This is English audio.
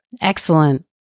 Excellent